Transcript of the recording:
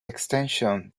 extension